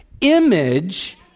image